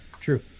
true